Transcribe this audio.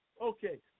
Okay